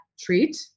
treat